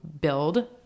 build